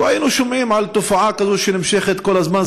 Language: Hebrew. לא היינו שומעים על תופעה כזאת שנמשכת כל הזמן,